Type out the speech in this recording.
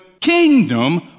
kingdom